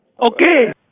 Okay